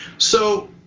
so,